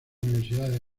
universidades